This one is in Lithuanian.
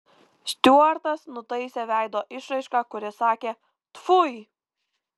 stiuartas nutaisė veido išraišką kuri sakė tfui